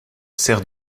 sert